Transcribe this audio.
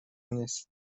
نیست